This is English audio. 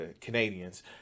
Canadians